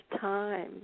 time